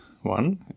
one